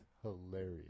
Hilarious